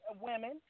women